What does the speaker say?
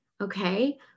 Okay